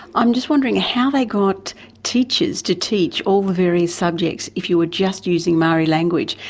i'm just wondering how they got teachers to teach all the various subjects if you were just using maori language.